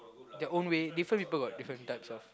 their own way different people got different types of